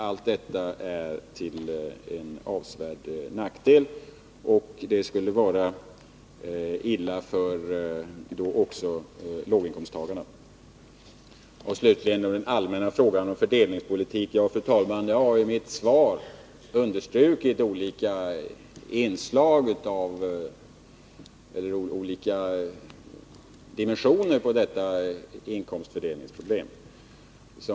Allt detta är till avsevärd nackdel, och det skulle vara illa också för låginkomsttagarna. Slutligen några ord i den allmänna frågan om fördelningspolitiken. Jag har, fru talman, i mitt svar understrukit de olika dimensioner som fördelningsproblemet har.